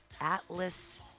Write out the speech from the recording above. Atlas